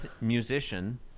musician